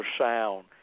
sound